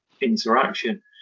interaction